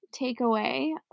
takeaway